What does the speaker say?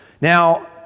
Now